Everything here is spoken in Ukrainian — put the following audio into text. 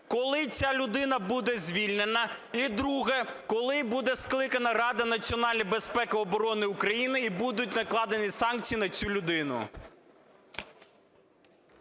Коли ця людина буде звільнена? І друге. Коли буде скликана Рада національної безпеки і оборони України і будуть накладені санкції на цю людину?